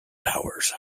powers